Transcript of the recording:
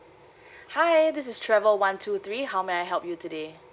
hi this is travel one two three how may I help you today